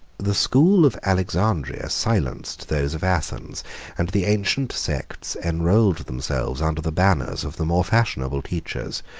the school of alexandria silenced those of athens and the ancient sects enrolled themselves under the banners of the more fashionable teachers,